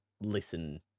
listen